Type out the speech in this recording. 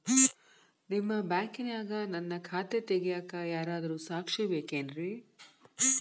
ನಿಮ್ಮ ಬ್ಯಾಂಕಿನ್ಯಾಗ ನನ್ನ ಖಾತೆ ತೆಗೆಯಾಕ್ ಯಾರಾದ್ರೂ ಸಾಕ್ಷಿ ಬೇಕೇನ್ರಿ?